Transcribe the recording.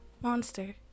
Monster